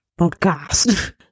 Podcast